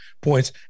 points